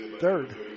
third